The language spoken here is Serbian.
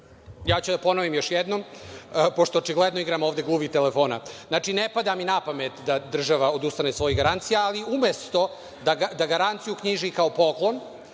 Ja ću da ponovim još jednom, pošto očigledno igramo ovde gluvih telefona. Ne pada mi napamet da država odustane od svojih garancija, ali umesto da garanciju knjiži kao poklon,